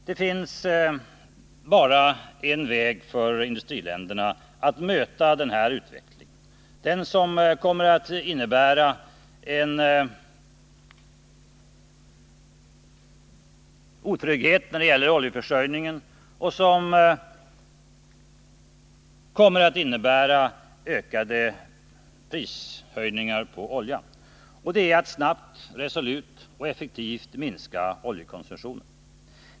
Det finns bara en väg för industriländerna att möta denna utveckling — som kommer att innebära otrygghet när det gäller oljeförsörjningen och ökade prishöjningar på olja. Det är att snabbt, resolut och effektivt minska oljekonsumtionen.